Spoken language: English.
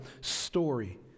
story